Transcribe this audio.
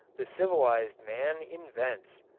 the civilized man invents.